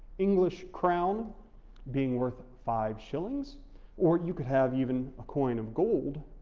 english crown being worth five shillings or you could have even a coin of gold